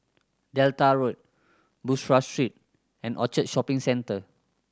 Delta Road Bussorah Street and Orchard Shopping Centre